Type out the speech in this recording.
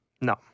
No